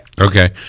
okay